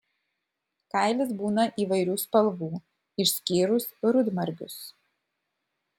kailis būna įvairių spalvų išskyrus rudmargius